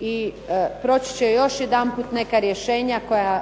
i proći će još jedanput neka rješenja koja